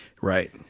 Right